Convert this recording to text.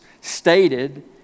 stated